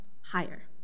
higher